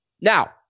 Now